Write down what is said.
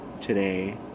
today